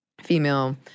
female